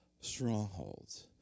strongholds